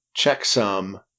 checksum